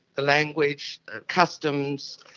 the language, the customs,